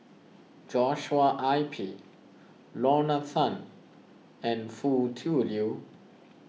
Joshua I P Lorna Tan and Foo Tui Liew